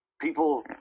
people